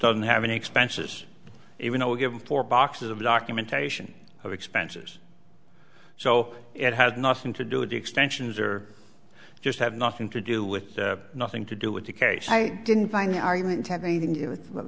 doesn't have any expenses even though we give him four boxes of documentation of expenses so it has nothing to do with the extensions or just have nothing to do with nothing to do with the case i didn't find the argument